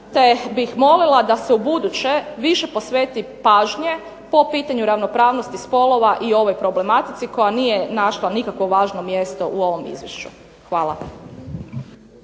te bih molila da se ubuduće više posveti pažnje po pitanju ravnopravnosti spolova i ovoj problematici koja nije našla nikakvo važno mjesto u ovom izvješću. Hvala.